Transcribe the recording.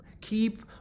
Keep